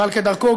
אבל כדרכו,